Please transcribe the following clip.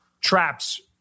traps